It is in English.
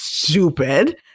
Stupid